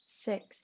six